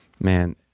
man